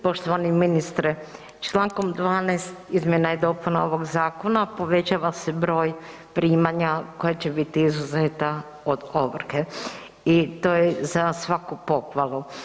Poštovani ministre, Člankom 12. izmjena i dopuna ovog zakona povećava se broj primanja koja će biti izuzeta od ovrhe i to je za svaku pohvalu.